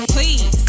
Please